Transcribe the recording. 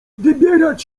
wybierać